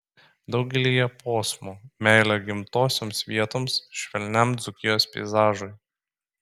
daugelyje posmų meilė gimtosioms vietoms švelniam dzūkijos peizažui